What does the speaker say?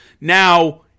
Now